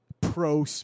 pro